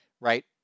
right